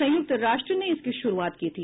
संयुक्त राष्ट्र ने इसकी शुरूआत की थी